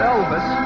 Elvis